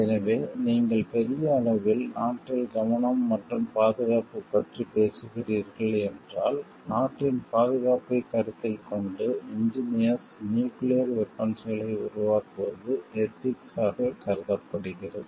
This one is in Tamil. எனவே நீங்கள் பெரிய அளவில் நாட்டின் கவனம் மற்றும் பாதுகாப்பு பற்றி பேசுகிறீர்கள் என்றால் நாட்டின் பாதுகாப்பைக் கருத்தில் கொண்டு இன்ஜினியர்ஸ் நியூக்கிளியர் வெபன்ஸ்களை உருவாக்குவது எதிக்ஸ் ஆகக் கருதப்படுகிறது